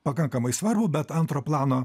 pakankamai svarų bet antro plano